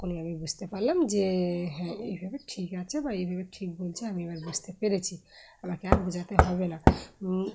তখনই আমি বুঝতে পারলাম যে হ্যাঁ এইভাবে ঠিক আছে বা এইভাবে ঠিক বলছি আমি এবার বুঝতে পেরেছি আমাকে আর বোঝাতে হবে না